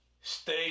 Stay